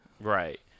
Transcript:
Right